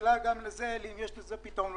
האם יש לזה פתרון?